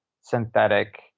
synthetic